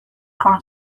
joan